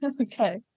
Okay